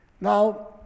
Now